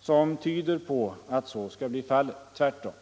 som tyder på att så skall bli fallet. Tvärtom.